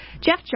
Jeff